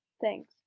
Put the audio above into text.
thanks